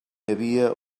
havia